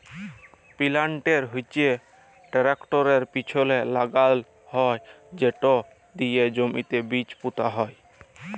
পিলান্টের হচ্যে টেরাকটরের পিছলে লাগাল হয় সেট দিয়ে জমিতে বীজ পুঁতা হয়